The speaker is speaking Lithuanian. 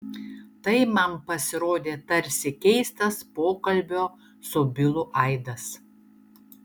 tai man pasirodė tarsi keistas pokalbio su bilu aidas